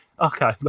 okay